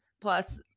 plus –